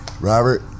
Robert